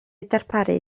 darparu